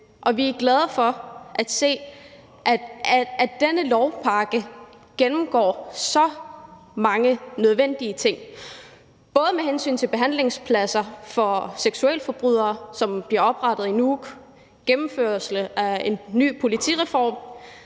vi er glade for at se, at denne lovpakke gennemgår så mange nødvendige ting med hensyn til behandlingspladser fra seksualforbrydere, som bliver oprettet i Nuuk; gennemførelse af en ny politireform;